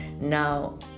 Now